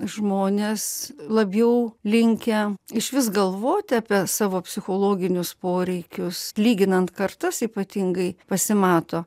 žmonės labiau linkę išvis galvoti apie savo psichologinius poreikius lyginant kartas ypatingai pasimato